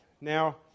Now